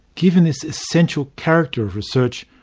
given this essential character of research,